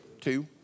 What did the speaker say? Two